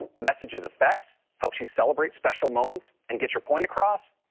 messages effects helps you celebrate special moments and get your point across.